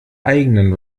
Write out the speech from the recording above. eigenen